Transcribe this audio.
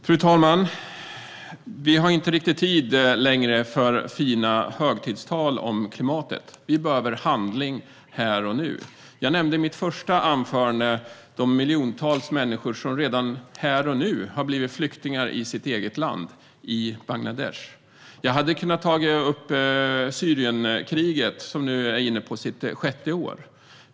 Fru talman! Vi har inte riktigt tid längre med fina högtidstal om klimatet. Vi behöver handling här och nu. Jag nämnde i mitt första anförande de miljontals människor som redan nu har blivit flyktingar i sitt eget land Bangladesh. Jag hade kunnat ta upp Syrienkriget som nu är inne på sitt sjätte år.